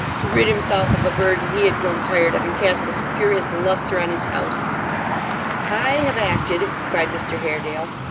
to rid himself of a burden he had grown tired of, and cast a spurious lustre on his house i have acted cried mr haredale,